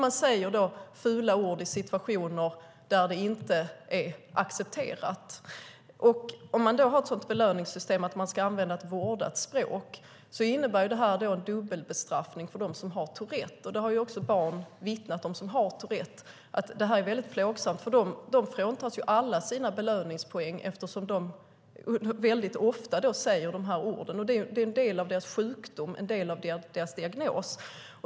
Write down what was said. Man säger fula ord i situationer där det inte är accepterat. Om man då har ett sådant belöningssystem att barnen ska använda ett vårdat språk innebär det dubbelbestraffning för dem som har Tourette. Det har också barn som har Tourette vittnat om. Det är väldigt plågsamt för dem. De fråntas ju alla sina belöningspoäng eftersom de ofta säger de här orden. Det är en del av deras sjukdom, en del av deras diagnos.